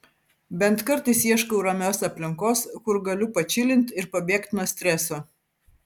bent kartais ieškau ramios aplinkos kur galiu pačilint ir pabėgti nuo streso